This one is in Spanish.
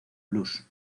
blues